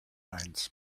heinz